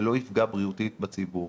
שלא יפגע בריאותית בציבור.